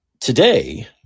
today